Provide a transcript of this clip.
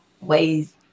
ways